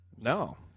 No